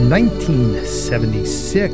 1976